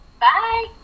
Bye